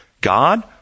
God